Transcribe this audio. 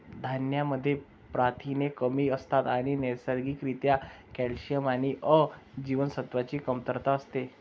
धान्यांमध्ये प्रथिने कमी असतात आणि नैसर्गिक रित्या कॅल्शियम आणि अ जीवनसत्वाची कमतरता असते